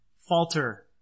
falter